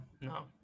no